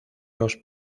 los